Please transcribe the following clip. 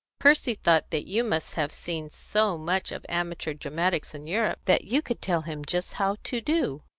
percy thought that you must have seen so much of amateur dramatics in europe that you could tell him just how to do.